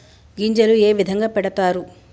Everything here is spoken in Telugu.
గింజలు ఏ విధంగా పెడతారు?